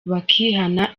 bakihana